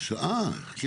אה, קטי.